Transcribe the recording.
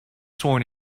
sworn